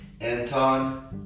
Anton